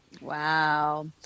Wow